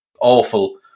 awful